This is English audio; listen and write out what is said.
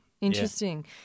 Interesting